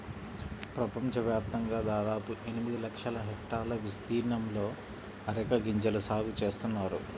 ప్రపంచవ్యాప్తంగా దాదాపు ఎనిమిది లక్షల హెక్టార్ల విస్తీర్ణంలో అరెక గింజల సాగు చేస్తున్నారు